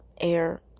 air